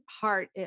heart